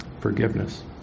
forgiveness